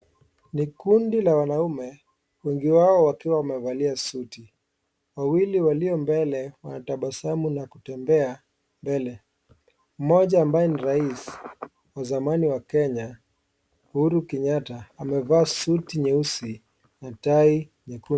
Ni kundi la wanaume, wengi wao wakiwa wamevalia suti. Wawili walio mbele, wanatabasamu na kutembea mbele. Mmoja ambaye ni raisi wa zamani wa Kenya Uhuru Kenyatta, amevaa suti nyeusi na tai nyekundu.